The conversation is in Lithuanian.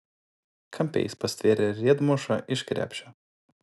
kampe jis pastvėrė riedmušą iš krepšio